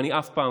ואני אף פעם,